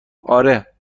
آره